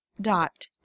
dot